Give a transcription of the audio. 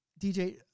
DJ